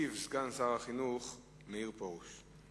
ישיב סגן שר החינוך מאיר פרוש.